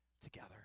together